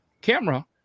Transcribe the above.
camera